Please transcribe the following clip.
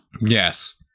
Yes